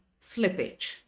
slippage